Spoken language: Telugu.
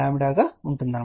125 గా ఉంటుంది